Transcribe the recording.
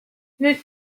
nüüd